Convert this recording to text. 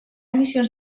missions